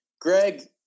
Greg